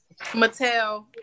Mattel